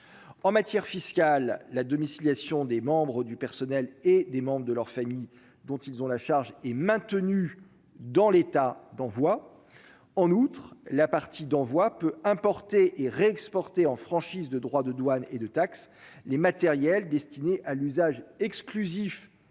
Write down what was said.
en matière fiscale, la domiciliation des membres du personnel et des membres de leur famille, dont ils ont la charge est maintenu dans l'état d'envoi en outre la partie d'envoi peut importer et réexporter en franchise de droits de douane et de taxes, les matériels destinés à l'usage exclusif